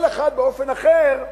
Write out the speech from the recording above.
כל אחד באופן אחר,